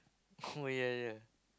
oh ya ya